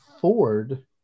Ford